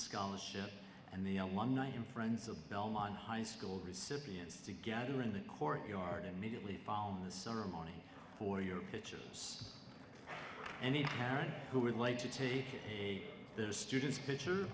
scholarship and the alumni and friends of belmont high school recipients to gather in the courtyard immediately following the ceremony for your pictures any parent who would like to take a the student's pi